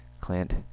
Clint